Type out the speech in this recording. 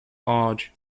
large